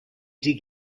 dig